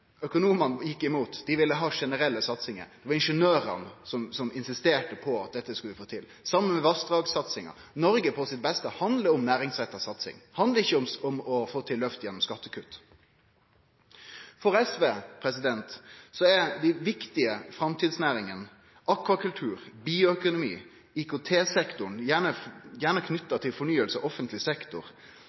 Økonomane gjekk imot. Dei ville ha generelle satsingar. Det var ingeniørane som insisterte på at dette skulle vi få til. Det same med vassdragssatsinga. Noreg på sitt beste handlar om næringsretta satsing. Det handlar ikkje om å få til løft gjennom skattekutt. For SV er dei viktigaste framtidsnæringane akvakultur, bioøkonomi, IKT-sektoren – gjerne knytt til fornying av offentleg sektor